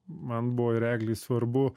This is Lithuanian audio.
man buvo ir eglei svarbu